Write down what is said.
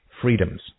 freedoms